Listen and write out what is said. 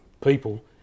people